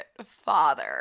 father